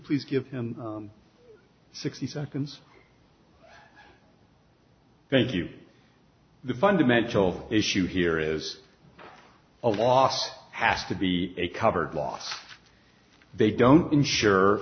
please give him sixty seconds thank you the fundamental issue here is a loss has to be a covered loss they don't insure